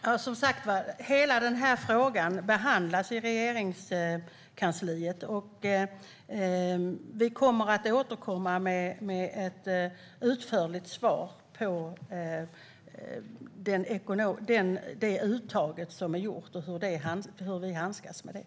Herr talman! Hela den här frågan behandlas som sagt i Regeringskansliet, och vi kommer att återkomma med ett utförligt svar på det uttag som är gjort och hur vi handskas med det.